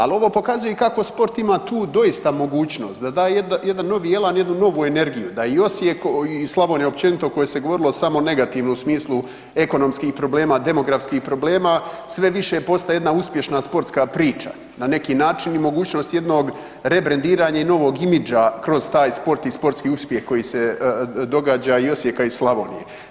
Ali ovo pokazuje i kako sport ima tu doista mogućnost da daje jedan novi elan, jednu novu energiju, da i Osijek i Slavonija općenito o kojoj se govorilo samo u negativnom smislu, ekonomskih problema, demografskih problema, sve više postaje jedna uspješna sportska priča, na neki način i mogućnost jednog rebrendiranja i novog imidža kroz taj sport i sportski uspjeh koji se događa, i Osijeka i Slavonije.